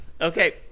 Okay